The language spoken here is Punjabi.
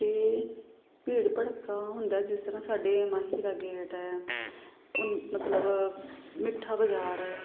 ਅਤੇ ਭੀੜ ਭੜੱਕਾ ਹੁੰਦਾ ਜਿਸ ਤਰ੍ਹਾਂ ਸਾਡੇ ਮਾਈ ਹੀਰਾ ਗੇਟ ਹੈ ਉਨ ਮਤਲਬ ਮਿੱਠਾ ਬਜ਼ਾਰ ਹੈ